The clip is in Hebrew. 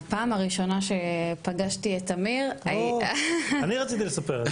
הפעם הראשונה שפגשתי את אמיר הייתה --- אני רציתי לספר את זה.